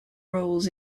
roles